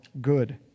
good